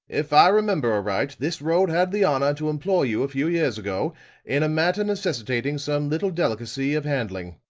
if i remember aright, this road had the honor to employ you a few years ago in a matter necessitating some little delicacy of handling.